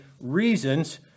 reasons